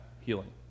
healing